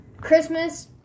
Christmas